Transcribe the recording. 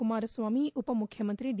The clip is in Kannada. ಕುಮಾರಸ್ವಾಮಿ ಉಪ ಮುಖ್ಯಮಂತ್ರಿ ಡಿ